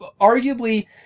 arguably